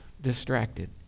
distracted